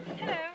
Hello